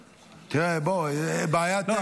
--- תראה, בוא, בעיה טכנית.